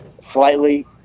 slightly